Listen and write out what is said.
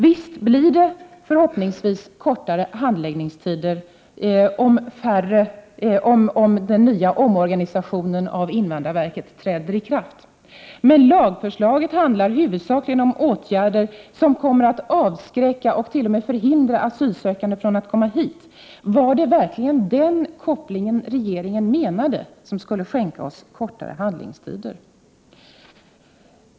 Visst blir det förhoppningsvis kortare handläggningstider om den nya omorganisationen av invandrarverket träder i kraft. Men lagförslaget handlar huvudsakligen om åtgärder som kommer att avskräcka och t.o.m. förhindra asylsökande att komma hit. Var det verkligen den kopplingen som regeringen menade skulle skänka oss kortare handläggningstider?